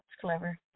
clever